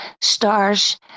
stars